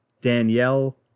Danielle